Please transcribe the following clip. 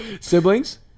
Siblings